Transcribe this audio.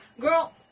girl